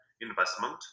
investment